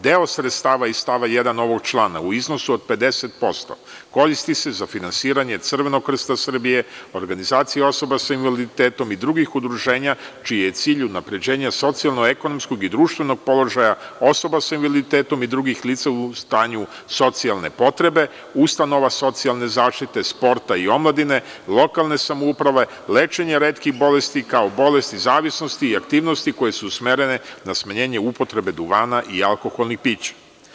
Deo sredstava iz stava 1. ovog člana u iznosu od 50% koristi se za finansiranje Crvenog krsta Srbije, organizacije osoba sa invaliditetom i drugih udruženja čiji je cilj unapređenje socijalno-ekonomskog i društvenog položaja osoba sa invaliditetom i drugih lica u stanju socijalne potrebe, ustanova socijalne zaštite, sporta i omladine, lokalne samouprave, lečenja retkih bolesti kao i bolesti zavisnosti i aktivnosti koje su usmerene na smanjenje upotrebe duvana i alkoholnih pića.